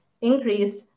increased